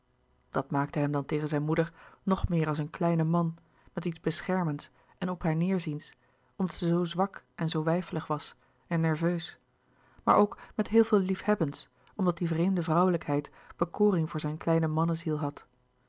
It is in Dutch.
dat maakte hem dan tegen zijne moeder nog meer als een kleine man met iets beschermends en op haar neêrziends omdat zij zoo zwak en zoo weifelig was en nerveus maar ook met heel veel liefhebbends omdat die vreemde vrouwelijkheid bekoring voor zijn kleine manneziel had